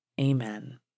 Amen